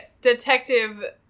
detective